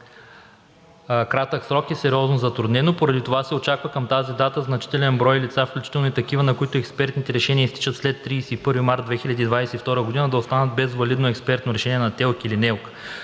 кратък срок е сериозно затруднено. Поради това се очаква към тази дата значителен брой лица, включително и такива, на които експертните решения изтичат след 31 март 2022 г., да останат без валидно експертно решение на ТЕЛК или НЕЛК,